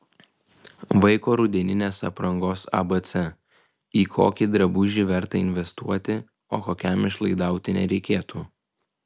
vaiko rudeninės aprangos abc į kokį drabužį verta investuoti o kokiam išlaidauti nereikėtų